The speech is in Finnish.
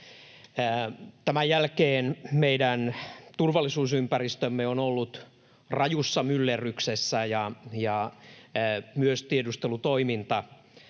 Tämän jälkeen meidän turvallisuusympäristömme on ollut rajussa myllerryksessä, ja myös tiedustelutoiminta